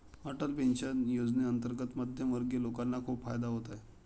Atal pension योजनेअंतर्गत मध्यमवर्गीय लोकांना खूप फायदा होत आहे